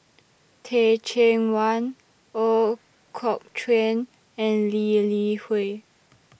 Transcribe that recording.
Teh Cheang Wan Ooi Kok Chuen and Lee Li Hui